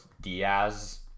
Diaz